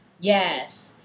Yes